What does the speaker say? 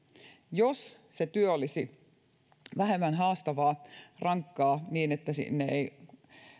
jos se työ olisi vähemmän haastavaa rankkaa niin että sinne ei